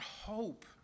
hope